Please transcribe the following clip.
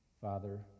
Father